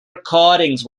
recordings